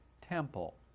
temple